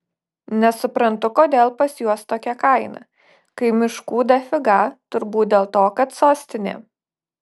nesuprantu kodėl pas juos tokia kaina kai miškų dafiga turbūt dėl to kad sostinė